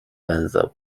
węzeł